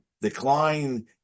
decline